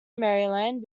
maryland